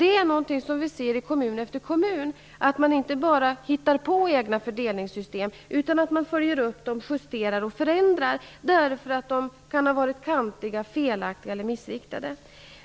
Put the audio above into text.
I kommun efter kommun ser vi att man inte bara hittar på egna fördelningssystem, utan att man följer upp, justerar och förändrar dem, därför att de kan ha varit kantiga, felaktiga eller missriktade.